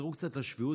תחזרו קצת לשפיות.